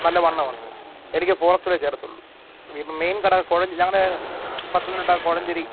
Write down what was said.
നല്ല വണ്ണമുണ്ട് എനിക്ക് ഫോറെക്സലെ ചേരത്തുള്ളു മെയിൻ കട കുഴഞ്ഞ് ഞങ്ങളുടെ പത്തനംതിട്ട കോഴഞ്ചേരി